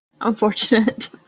Unfortunate